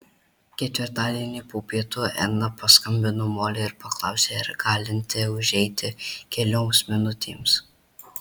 ketvirtadienį po pietų edna paskambino molei ir paklausė ar galinti užeiti kelioms minutėms